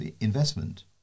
investment